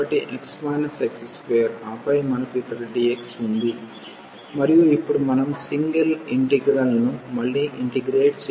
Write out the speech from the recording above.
కాబట్టి x x2 ఆపై మనకు ఇక్కడ dx ఉంది మరియు ఇప్పుడు మనం సింగిల్ ఇంటిగ్రల్ ను మళ్లీ ఇంటిగ్రేట్ చేయవచ్చు